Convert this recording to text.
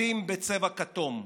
מדים בצבע כתום.